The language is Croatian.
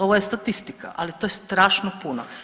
Ovo je statistika, ali to je strašno puno.